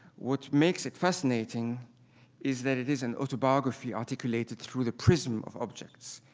what makes it fascinating is that it is an autobiography articulated through the prism of objects.